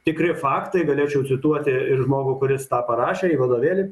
tikri faktai galėčiau cituoti ir žmogų kuris tą parašė į vadovėlį